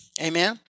Amen